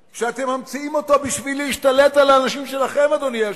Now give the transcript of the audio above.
מזה, אדוני היושב-ראש,